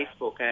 Facebook